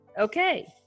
Okay